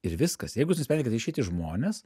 ir viskas jeigu tu nusprendei kad išeiti į žmones